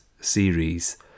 series